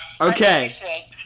Okay